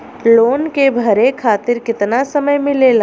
Loan के भरे खातिर कितना समय मिलेला?